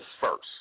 first